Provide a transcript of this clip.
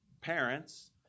Parents